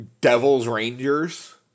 Devils-Rangers